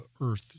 earth